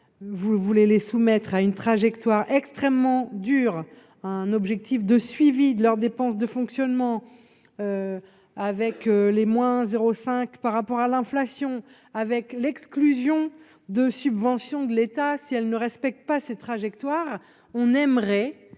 vous voulez les soumettre à une trajectoire extrêmement dur, un objectif de suivi de leurs dépenses de fonctionnement avec les moins 0 5 par rapport à l'inflation. Avec l'exclusion de subventions de l'État, si elle ne respecte pas ses trajectoires, on aimerait